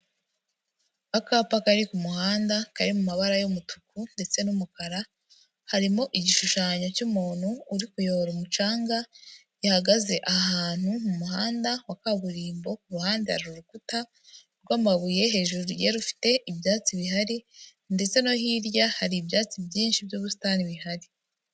Akapa kari ku muhanda kari mu mabara y'umutuku ndetse n'umukara. Harimo igishushanyo cy'umuntu uri kuyobora umucanga gihagaze ahantu mu muhanda wa kaburimbo, ku ruhande hari urukuta rw'amabuye hejuru rugiye rufite ibyatsi bihari. Ndetse no hirya hari ibyatsi byinshi by'ubusitani bihari.